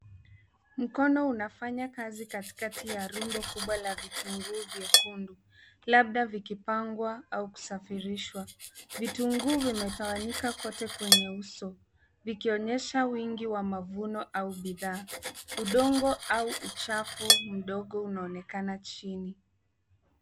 Mkono unafanya kazi katikati ya rundo kubwa la vitunguu vyekundu labda vikipangwa au kusafirishwa. Vitunguu vimetawanyika kwote kwenye uso vikionyesha wingi wa mavuno au bidhaa. Udongo au uchafu mdogo unaonekana chini.